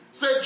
Say